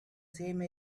same